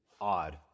odd